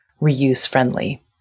reuse-friendly